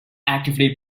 actively